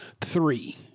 three